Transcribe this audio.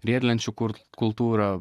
riedlenčių kurt kultūra